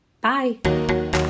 Bye